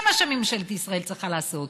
זה מה שממשלת ישראל צריכה לעשות.